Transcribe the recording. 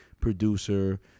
producer